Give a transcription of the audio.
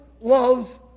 loves